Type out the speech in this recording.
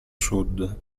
sud